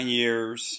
years